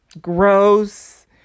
gross